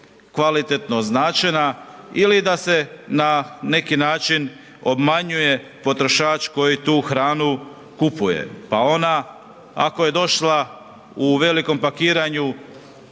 kvalitetno označena ili da se na neki način obmanjuje potrošač koji tu hranu kupuje, pa ona ako je došla u velikom pakiranju